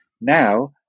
Now